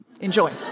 Enjoy